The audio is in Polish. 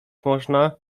można